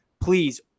Please